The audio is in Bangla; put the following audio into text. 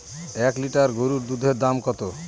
এক লিটার গরুর দুধের দাম কত?